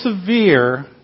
severe